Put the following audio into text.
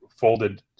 folded